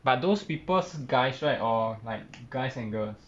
but those peoples guys right or like guys and girls